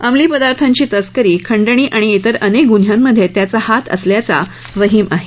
अंमलीपदार्थांची तस्करी खंडणी आणि इतर अनेक गुन्ह्यांमध्ये त्याचा हात असल्याचा वहीम आहे